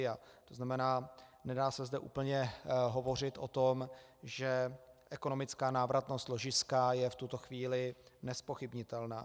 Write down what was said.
To znamená, nedá se zde úplně hovořit o tom, že ekonomická návratnost ložiska je v tuto chvíli nezpochybnitelná.